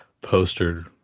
poster